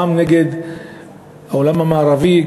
גם נגד העולם המערבי,